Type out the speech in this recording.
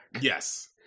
Yes